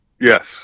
yes